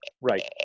Right